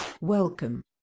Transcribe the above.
Welcome